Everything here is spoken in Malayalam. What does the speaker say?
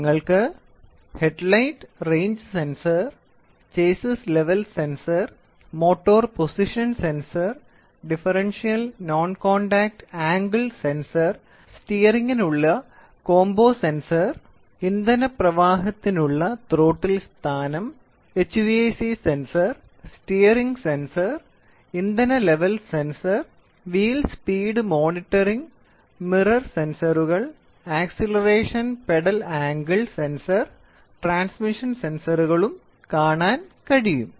നിങ്ങൾക്ക് headlight range sensor chassis level sensor motor position sensor differential non contact angle sensor സ്റ്റിയറിംഗിനുള്ള കോംബോ സെൻസർ ഇന്ധന പ്രവാഹത്തിനുള്ള ത്രോട്ടിൽ സ്ഥാനം HVAC സെൻസർ സ്റ്റിയറിംഗ് സെൻസർ ഇന്ധന level sensor wheel speed monitoring mirror സെൻസറുകൾ acceleration pedal angle sensor transmission സെൻസറുകളും കാണാൻ കഴിയും